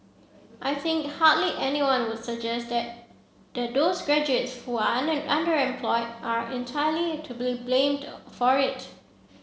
I think hardly anyone would suggest that that those graduates who are underemployed are entirely to be blamed for it